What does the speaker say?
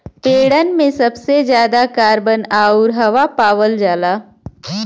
पेड़न में सबसे जादा कार्बन आउर हवा पावल जाला